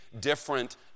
different